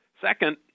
Second